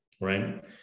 right